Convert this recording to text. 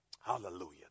Hallelujah